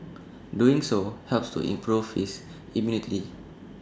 doing so helps to improve his immunity